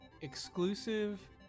exclusive